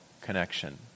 connection